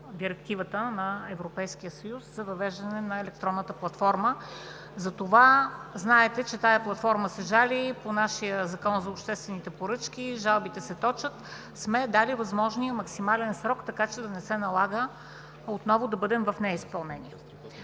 Директивата на Европейския съюз за въвеждане на електронната платформа – знаете, че тази платформа се жали по нашия Закон за обществените поръчки, жалбите се точат – дали сме възможният максимален срок, така че да не се налага отново да бъдем в неизпълнение.